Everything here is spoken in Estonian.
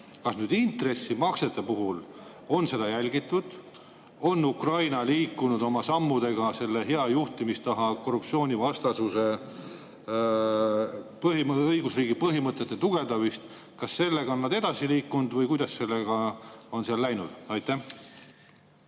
Kas intressimaksete puhul on seda jälgitud? On Ukraina liikunud oma sammudega selle hea juhtimistava, korruptsioonivastasuse, õigusriigi põhimõtete tugevdamise [suunas]? Kas sellega on nad edasi liikunud või kuidas sellega on seal läinud? Jah,